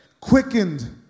quickened